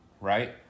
right